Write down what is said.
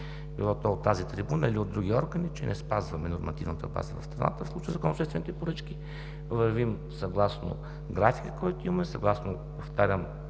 то от тази трибуна, или от други органи, че не спазваме Нормативната база в страната в Закона за обществените поръчки. Вървим съгласно графика, който имаме, и съгласно сроковете,